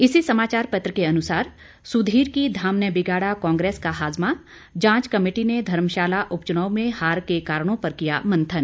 इसी समाचार पत्र के अनुसार सुधीर की धाम ने बिगाड़ा कांग्रेस का हाजमा जांच कमेटी ने धर्मशाला उपचुनाव में हार के कारणों पर किया मंथन